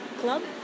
club